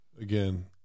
again